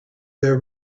there